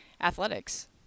Athletics